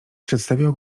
przedstawiła